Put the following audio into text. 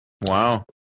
Wow